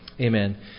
Amen